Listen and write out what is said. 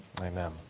Amen